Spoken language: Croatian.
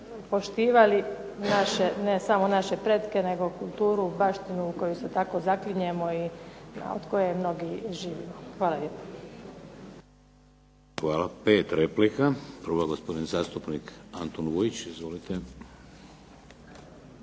poštivali ne samo naše pretke nego kulturu, baštinu u koju se tako zaklinjemo i od koje mnogi i živimo. Hvala lijepo. **Šeks, Vladimir (HDZ)** Hvala. 5 replika. Prvo gospodin zastupnik Antun Vujić. Izvolite.